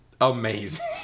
amazing